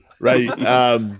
Right